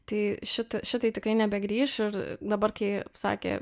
tai šit šitai tikrai nebegrįš ir dabar kai sakė